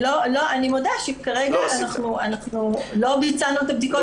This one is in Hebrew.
אני מודע שכרגע אנחנו לא ביצענו את הבדיקות